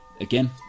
again